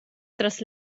tras